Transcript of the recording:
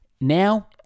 now